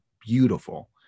beautiful